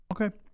Okay